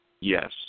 Yes